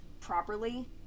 properly